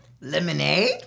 Lemonade